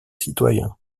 citoyens